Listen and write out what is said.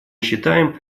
считаем